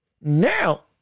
now